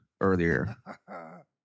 earlier